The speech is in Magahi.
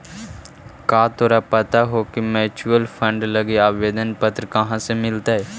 का तोरा पता हो की म्यूचूअल फंड लागी आवेदन पत्र कहाँ से मिलतई?